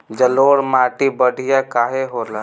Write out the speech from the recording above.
जलोड़ माटी बढ़िया काहे होला?